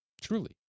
Truly